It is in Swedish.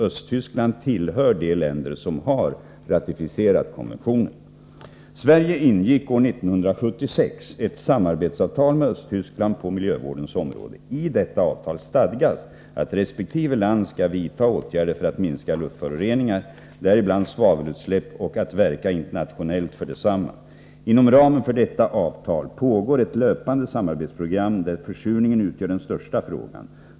Östtyskland tillhör de länder som har ratificerat konventionen. Sverige ingick år 1976 ett samarbetsavtal med Östtyskland på miljövårdens område. I detta avtal stadgas att resp. land skall vidta åtgärder för att minska luftföroreningar, däribland svavelutsläpp, och att verka internationellt för detsamma. Inom ramen för detta avtal pågår ett löpande samarbetsprogram, där Nr 124 försurningen utgör den största frågan.